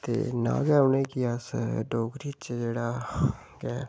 ते ना गै अस उसी डोगरी च जेह्ड़ा के